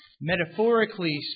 metaphorically